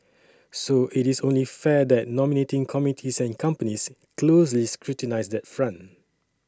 so it is only fair that nominating committees and companies closely scrutinise that front